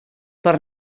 per